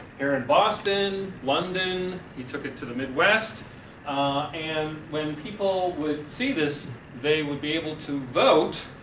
here in boston, london, he took it to the midwest and when people would see this they would be able to vote